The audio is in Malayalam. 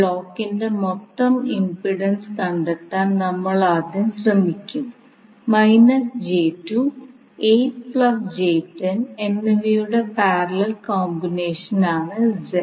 ഫ്രീക്വൻസി ഡൊമെയ്നിൽ തന്നെയാണ് പ്രശ്നം നൽകിയിരിക്കുന്നത് എങ്കിൽ ഒന്നാം ഘട്ടം ആവശ്യമില്ല